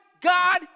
God